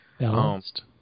Balanced